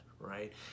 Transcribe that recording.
Right